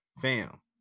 fam